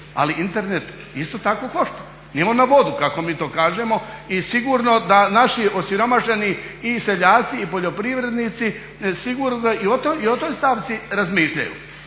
ali Internet isto tako košta. Nije on na vodu kako mi to kažemo i sigurno da naši osiromašeni i seljaci i poljoprivrednici sigurno da i o toj stavci razmišljaju.